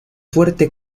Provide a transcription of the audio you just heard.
fuerte